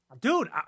dude